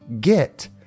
get